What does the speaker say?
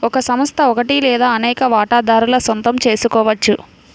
ఒక సంస్థ ఒకటి లేదా అనేక వాటాదారుల సొంతం చేసుకోవచ్చు